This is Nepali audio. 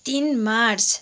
तिन मार्च